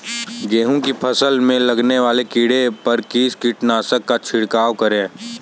गेहूँ की फसल में लगने वाले कीड़े पर किस कीटनाशक का छिड़काव करें?